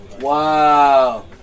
Wow